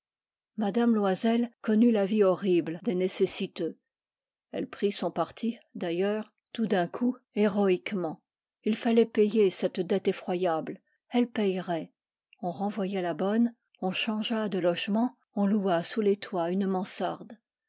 m loisel connut la vie horrible des nécessiteux elle prit son parti d'ailleurs tout d'un coup héroïquement ii fallait payer cette dette effroyable elle payerait on renvoya la bonne on changea de logement on loua sous les toits une mansarde